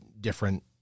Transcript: different